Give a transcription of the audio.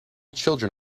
children